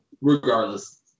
regardless